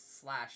slash